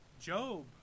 Job